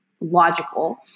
logical